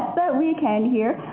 that we can here.